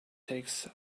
takes